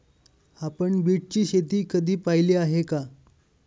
आपण बीटची शेती कधी पाहिली आहे का?